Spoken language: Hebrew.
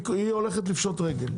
היא הולכת לפשוט רגל,